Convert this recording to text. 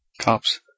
cop's